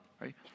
right